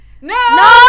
No